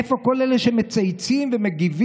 איפה כל אלה שמצייצים ומגיבים?